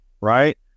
right